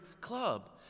club